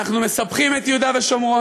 אנחנו מספחים את יהודה ושומרון,